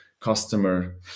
customer